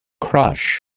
Crush